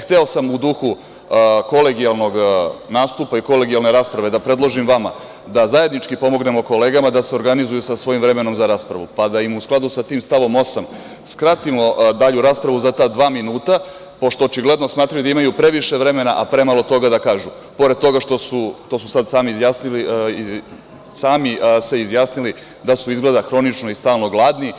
Hteo sam u duhu kolegijalnog nastupa i kolegijalne rasprave da predložim vama da zajednički pomognemo kolegama da se organizuju sa vremenom za raspravu, pa da im u skladu sa tim stavom 8. skratimo dalju raspravu za ta dva minuta, pošto očigledno smatraju da imaju previše vremena, a premalo toga da kažu, pored toga što, a sami su se izjasnili, da su izgleda hronično i stalno gladni.